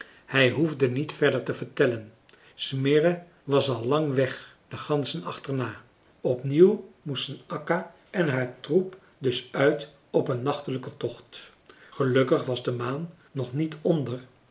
hij hoefde niet verder te vertellen smirre was al lang weg de ganzen achterna opnieuw moesten akka en haar troep dus uit op een nachtelijken tocht gelukkig was de maan nog niet onder